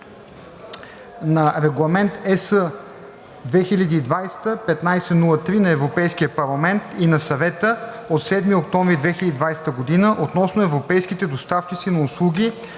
на Регламент (ЕС) 2020/1503 на Европейския парламент и на Съвета от 7 октомври 2020 г. относно европейските доставчици на услуги